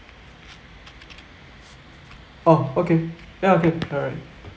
oh okay ya okay alright